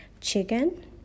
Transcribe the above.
chicken